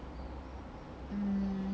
um